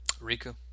Riku